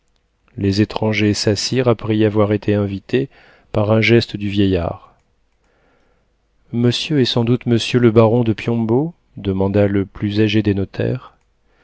les étrangers s'assirent après y avoir été invités par un geste du vieillard monsieur est sans doute monsieur le baron de piombo demanda le plus âgé des notaires